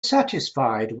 satisfied